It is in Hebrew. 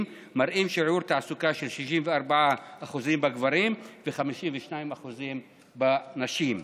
מראים שיעור תעסוקה של 64% בגברים ו-52% בנשים.